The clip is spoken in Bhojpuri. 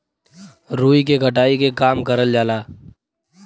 रुई के कटाई के काम करल जाला